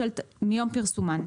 פרסומן.